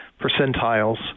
percentiles